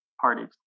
parties